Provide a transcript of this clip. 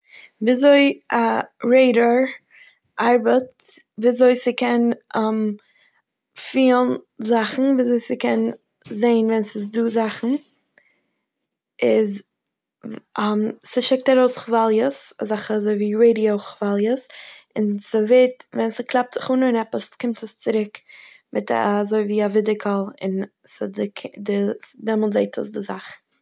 ווי אזוי א רעדאר ארבעט ווי אזוי ס'קען פילן זאכן ווי אזוי ס'קען זעהן ווען ס'איז דא זאכן איז ס'שיקט ארויס כוואליעס אזאלכע אזוי ווי רעדיא כוואליעס און ס'ווערט ווען ס'קלאפט זיך אן אין עפעס קומט עס צוריק מיט אזוי ווי א ווידערקול און ס'דע- דעמאלטס זעט עס די זאך.